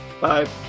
Bye